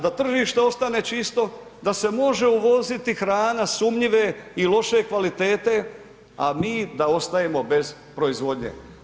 Da tržište ostane čisto, da se može uvoziti hrana sumnjive i loše kvalitete a mi da ostajemo bez proizvodnje.